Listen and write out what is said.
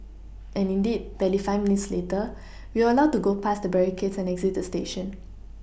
and indeed barely five minutes later we were allowed to go past the barricades and exit the station